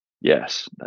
Yes